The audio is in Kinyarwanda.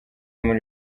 muli